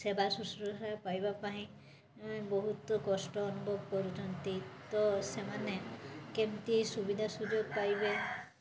ସେବା ଶୁଶ୍ରୂଷା ପାଇବା ପାଇଁ ବହୁତ କଷ୍ଟ ଅନୁଭବ କରୁଛନ୍ତି ତ ସେମାନେ କେମିତି ସୁବିଧା ସୁଯୋଗ ପାଇବେ